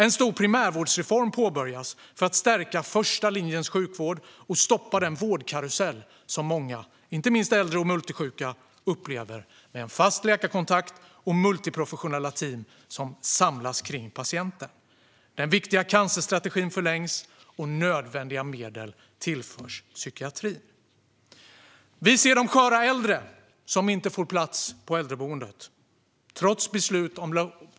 En stor primärvårdsreform påbörjas för att stärka första linjens sjukvård och stoppa den vårdkarusell som många, inte minst äldre och multisjuka, upplever, med en fast läkarkontakt och multiprofessionella team som samlas kring patienten. Den viktiga cancerstrategin förlängs, och nödvändiga medel tillförs psykiatrin. Vi ser de sköra äldre som inte får plats på äldreboenden.